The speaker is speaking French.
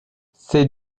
ces